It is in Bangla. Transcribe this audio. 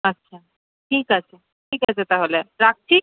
আচ্ছা ঠিক আছে ঠিক আছে তাহলে রাখছি